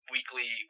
Weekly